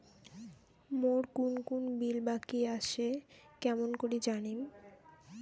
মোর কুন কুন বিল বাকি আসে কেমন করি জানিম?